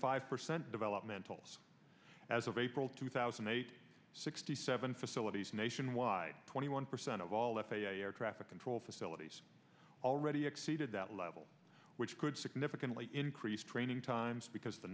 five percent developmental as of april two thousand and eight sixty seven facilities nationwide twenty one percent of all f a a air traffic control facilities already exceeded that level which could significantly increase training times because the